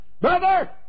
brother